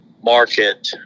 market